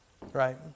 Right